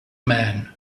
man